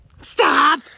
Stop